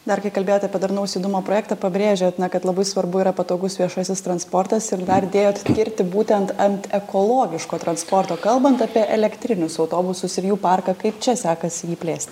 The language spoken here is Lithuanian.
dar kai kalbėjot apie darnaus judumo projektą pabrėžėt kad labai svarbu yra patogus viešasis transportas ir dar dėjot tirti būtent ant ekologiško transporto kalbant apie elektrinius autobusus ir jų parką kaip čia sekasi jį plėst